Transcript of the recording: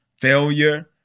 failure